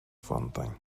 fountain